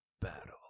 battle